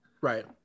right